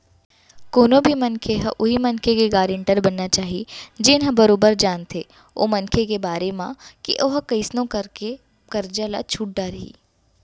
कोनो भी मनखे ह उहीं मनखे के गारेंटर बनना चाही जेन ह बरोबर जानथे ओ मनखे के बारे म के ओहा कइसनो करके ले करजा ल छूट डरही